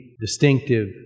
distinctive